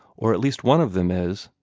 or at least one of them is,